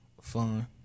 Fun